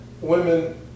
women